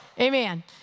Amen